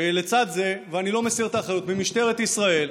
ולצד זה, ואני לא מסיר את האחריות ממשטרת ישראל,